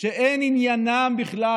שאין עניינן בכלל